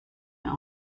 mehr